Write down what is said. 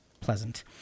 pleasant